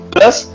Plus